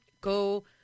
Go